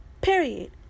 Period